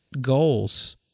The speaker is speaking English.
goals